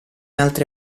altre